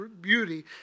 beauty